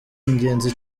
ingenzi